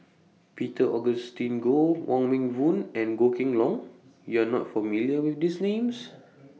Peter Augustine Goh Wong Meng Voon and Goh Kheng Long YOU Are not familiar with These Names